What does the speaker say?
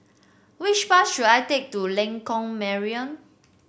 which bus should I take to Lengkok Mariam